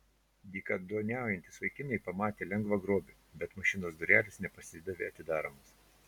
dykaduoniaujantys vaikinai pamatė lengvą grobį bet mašinos durelės nepasidavė atidaromos